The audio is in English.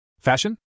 Fashion